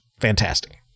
fantastic